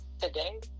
Today